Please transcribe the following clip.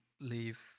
leave